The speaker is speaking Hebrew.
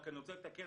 רק אני רוצה לתקן,